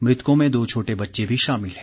मृतकों में दो छोटे बच्चे भी शामिल हैं